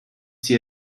sie